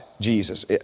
Jesus